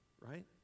right